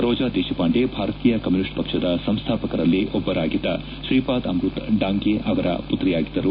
ರೋಜಾ ದೇಶಪಾಂಡೆ ಭಾರತೀಯ ಕಮ್ನೂನಿಸ್ಟ್ ಪಕ್ಷದ ಸಂಸ್ವಾಪಕರಲ್ಲಿ ಒಬ್ಲರಾಗಿದ್ಲ ಶ್ರೀಪಾದ್ ಅಮ್ನತ್ ಡಾಂಗೆ ಅವರ ಮತ್ರಿಯಾಗಿದ್ದರು